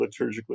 liturgically